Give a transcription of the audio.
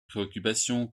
préoccupation